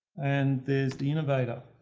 and there's the innovator,